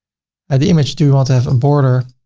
at the image, do we want to have a border?